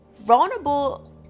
Vulnerable